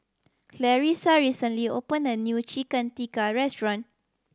Clarissa recently opened a new Chicken Tikka restaurant